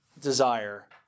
desire